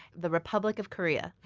the republic of korea.